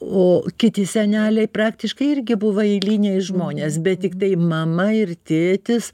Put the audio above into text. o kiti seneliai praktiškai irgi buvo eiliniai žmonės bet tiktai mama ir tėtis